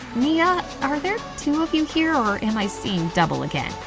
mia? are there two of you here, or am i seeing double again?